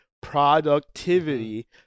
productivity